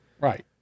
Right